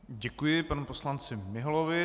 Děkuji panu poslanci Miholovi.